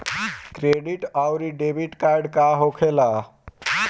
Credit आउरी debit card का होखेला?